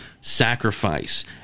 sacrifice